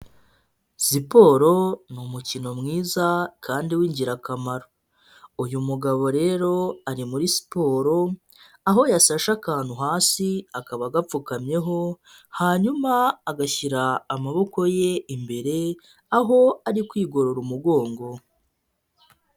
Siporo ni umukino mwiza kandi w'ingirakamaro. Uyu mugabo rero ari muri siporo, aho yasashe akantu hasi akaba agapfukamyeho, hanyuma agashyira amaboko ye imbere, aho ari kwigorora umugongo.